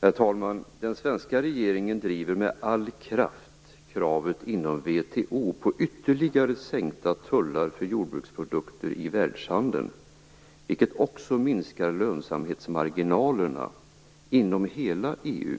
Herr talman! Den svenska regeringen driver med all kraft kraven inom WTO på ytterligare sänkta tullar för jordbruksprodukter i världshandeln, vilket också minskar lönsamhetsmarginalerna inom hela EU.